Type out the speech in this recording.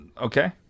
Okay